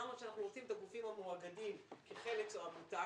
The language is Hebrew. אמרנו שאנחנו רוצים את הגופים המאוגדים כחלץ או עמותה,